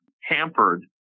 hampered